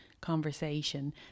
conversation